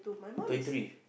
thirty three